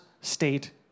state